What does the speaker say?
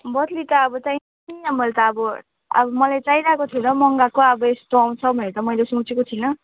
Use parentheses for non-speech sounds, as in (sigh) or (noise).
बदली त अब (unintelligible) मैले त अब अब मलाई चाहिरहेको थियो र मगाएको अब यस्तो आउँछ भनेर त मैले सोचेको थिइनँ